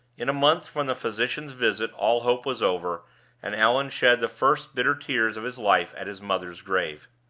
in a month from the physician's visit all hope was over and allan shed the first bitter tears of his life at his mother's grave.